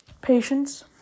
patience